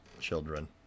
children